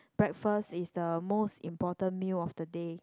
breakfast is the most important meal of the day